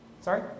Sorry